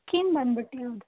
scheme ಬಂದ್ಬಿಟ್ಟು